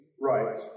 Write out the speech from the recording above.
right